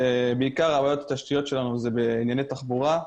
בעיקר הבעיות התשתיות שלנו הן בענייני תחבורה.